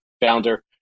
founder